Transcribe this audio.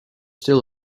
still